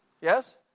Yes